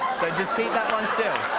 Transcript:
just keep that one still.